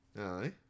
Aye